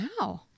Wow